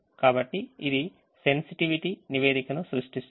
కాబట్టి ఇది sensitivity నివేదికను సృష్టిస్తుంది